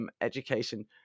education